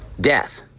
Death